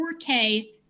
4K